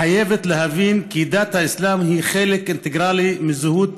חייבת להבין כי דת האסלאם היא חלק אינטגרלי מהזהות